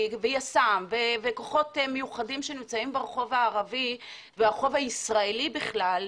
יס"מ וכוחות מיוחדים שנמצאים ברחוב הערבי והרחוב הישראלי בכלל,